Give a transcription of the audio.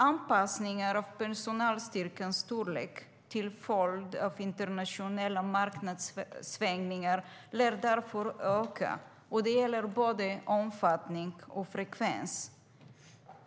Anpassningar av personalstyrkans storlek till följd av internationella marknadssvängningar lär därför öka i både omfattning och frekvens.